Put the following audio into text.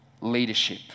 leadership